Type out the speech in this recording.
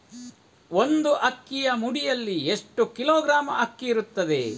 ಒಂದು ಅಕ್ಕಿಯ ಮುಡಿಯಲ್ಲಿ ಎಷ್ಟು ಕಿಲೋಗ್ರಾಂ ಅಕ್ಕಿ ಇರ್ತದೆ?